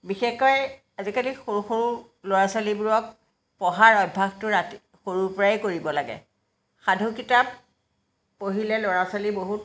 বিশেষকৈ আজিকালি সৰু সৰু ল'ৰা ছোৱালীবোৰক পঢ়াৰ অভ্যাসটো ৰাতি সৰুৰ পৰাই কৰিব লাগে সাধু কিতাপ পঢ়িলে ল'ৰা ছোৱালী বহুত